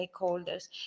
stakeholders